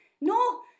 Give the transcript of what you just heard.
No